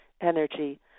energy